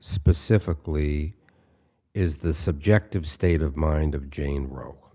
specifically is the subjective state of mind of jane ro